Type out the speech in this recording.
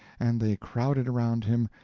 and they crowded around him,